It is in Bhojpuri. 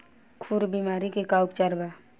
खुर बीमारी के का उपचार बा?